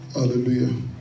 Hallelujah